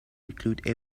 include